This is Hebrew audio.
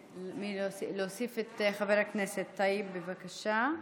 להוסיף את חבר הכנסת טייב, בבקשה,